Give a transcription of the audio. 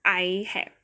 I had